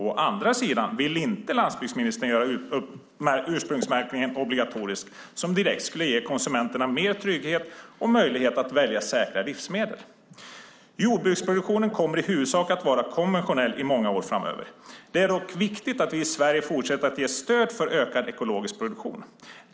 Å andra sidan vill inte landsbygdsministern göra ursprungsmärkningen obligatorisk fast det direkt skulle ge konsumenterna mer trygghet och möjlighet att välja säkra livsmedel. Jordbruksproduktionen kommer i huvudsak att vara konventionell i många år framöver. Det är dock viktigt att vi i Sverige fortsätter ge stöd för ökad ekologisk produktion.